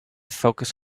focus